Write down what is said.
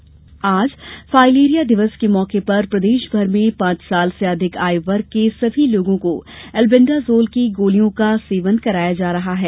filaria दिवस आज filaria दिवस के मौके पर प्रदेशभर में पांच वर्ष से अधिक आयु वर्ग के सभी लोगों को एलबेंडाजोल की गोलियों का सेवन कराया जा रहा है